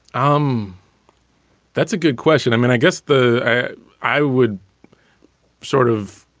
um that's a good question. i mean, i guess the i would sort of.